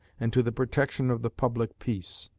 and to the protection of the public peace,